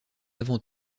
avant